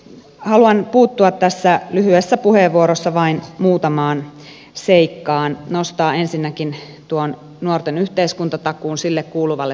haluan puuttua tässä lyhyessä puheenvuorossani vain muutamaan seikkaan nostaa ensinnäkin tuon nuorten yhteiskuntatakuun sille kuuluvalle paikalleen